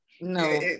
no